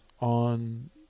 on